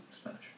Spanish